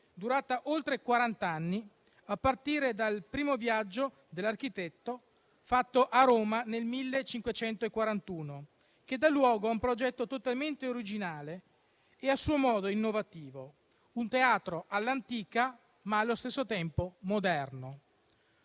durata oltre quaranta anni, a partire dal primo viaggio dell'architetto fatto a Roma nel 1541, che dà luogo a un progetto totalmente originale e, a suo modo, innovativo; un teatro all'antica, ma allo stesso tempo moderno.